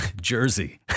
Jersey